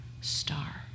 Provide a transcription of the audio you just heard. star